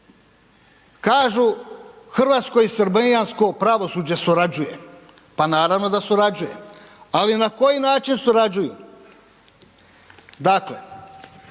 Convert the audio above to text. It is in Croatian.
Kažu, hrvatsko i srbijansko pravosuđe surađuje. Pa naravno da surađuje. Ali na koji način surađuju? Dakle,